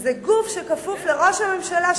שזה גוף שכפוף לראש הממשלה,